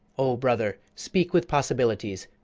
o brother, speak with possibility,